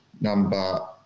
Number